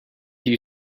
you